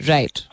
Right